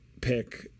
pick